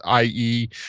ie